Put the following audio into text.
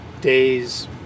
days